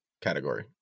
category